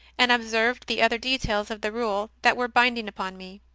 and observed the other details of the rule that were binding upon me.